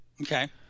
Okay